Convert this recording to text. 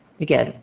again